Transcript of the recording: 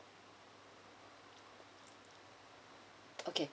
okay